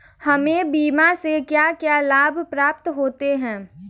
हमें बीमा से क्या क्या लाभ प्राप्त होते हैं?